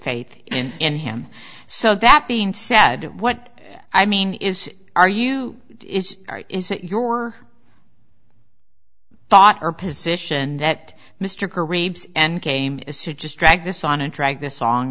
faith in him so that being said what i mean is are you is is that your thought or position that mr and game is to just drag this on and drag this song